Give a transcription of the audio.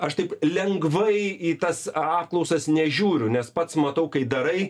aš taip lengvai į tas apklausas nežiūriu nes pats matau kai darai